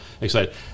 excited